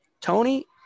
tony